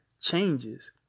changes